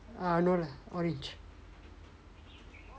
ah no lah orange